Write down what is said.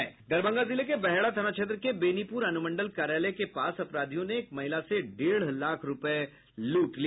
दरभंगा जिले के बहेड़ा थाना क्षेत्र के बेनीपुर अनुमंडल कार्यालय के पास अपराधियों ने एक महिला से डेढ़ लाख रुपये लूट लिए